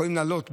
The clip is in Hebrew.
יכולים לעלות,